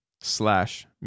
slash